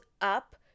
up